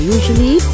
Usually